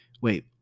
Wait